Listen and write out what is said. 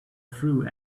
through